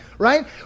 right